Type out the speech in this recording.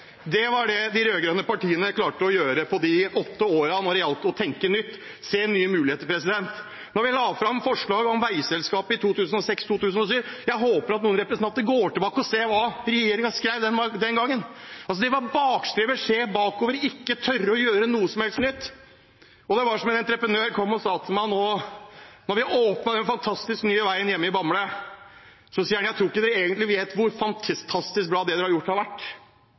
Det var det de rød-grønne partiene klarte å gjøre på de åtte årene når det gjaldt å tenke nytt og å se nye muligheter. Vi la fram forslag om veiselskapet i 2006–2007, og jeg håper at noen representanter går tilbake og ser hva regjeringen skrev den gangen. Det var bakstreversk, de så bakover, de turte ikke å gjøre noe som helst nytt. En entreprenør kom til meg da vi åpnet den nye fantastiske veien hjemme i Bamble. Han sa: Jeg tror ikke dere egentlig vet hvor fantastisk bra det dere har gjort, har vært,